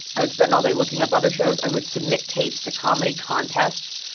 i would spend all day looking up other shows. i would submit tapes to comedy contests.